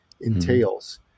entails